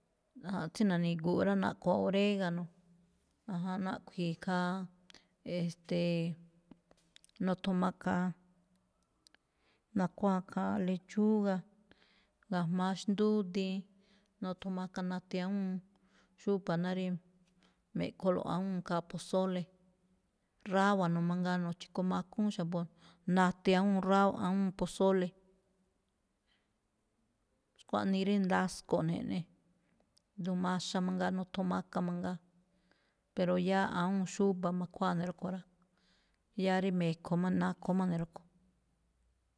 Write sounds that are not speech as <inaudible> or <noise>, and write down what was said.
Ajánꞌ, tsí na̱ni̱gu̱u̱ꞌ rá, naꞌkho̱ orégano, aján, naꞌkhui̱i̱ khaa, e̱ste̱e̱, <hesitation> nothon maka, nakhuáa khaa, lechuga gajma̱á xndúdiin, nothon makha nati awúun xúba̱ ná rá me̱ꞌkholo̱ꞌ awúun khaa pozole, rábano̱ mangaa nochi̱komakúún xa̱bo̱ nati awúun rába- awúun pozole. Xkuaꞌnii rí ndasko̱ꞌ ne̱ eꞌne, duun maxa mangaa nothon maka mangaa, pero yáá awúun xúba̱ ma̱khuáa ne̱ rúꞌkhue̱ rá, yáá rí me̱kho̱ má ne̱-nakho má ne̱ rúꞌkho̱ rá.